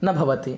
न भवति